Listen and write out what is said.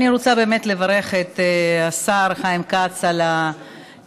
אני רוצה באמת לברך את השר חיים כץ על עוד